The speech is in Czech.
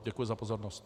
Děkuji za pozornost.